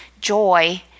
joy